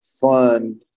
fun